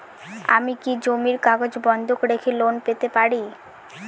আমি কি জমির কাগজ বন্ধক রেখে লোন পেতে পারি?